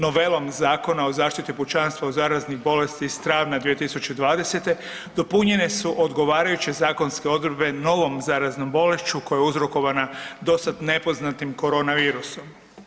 Novelom Zakona o zaštiti pučanstva od zaraznih bolesti iz travnja 2020. dopunjene su odgovarajuće zakonske odredbe novom zaraznom bolešću koja je uzrokovana do sad nepoznatim korona virusom.